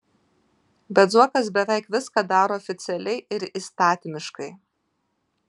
bet zuokas beveik viską daro oficialiai ir įstatymiškai